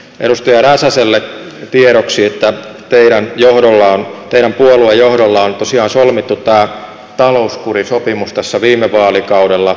edustaja räsäselle tiedoksi että teidän puolueen johdolla on tosiaan solmittu tämä talouskurisopimus tässä viime vaalikaudella